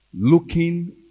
Looking